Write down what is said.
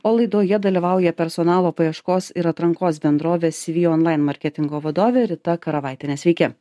o laidoje dalyvauja personalo paieškos ir atrankos bendrovės cv online marketingo vadovė rita karavaitienė sveiki